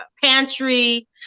pantry